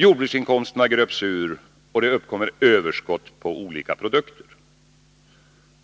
Jordbruksinkomsterna gröps ur, och det uppkommer överskott på olika produkter.